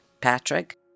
Patrick